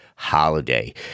holiday